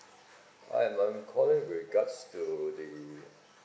hi I'm calling with regards to the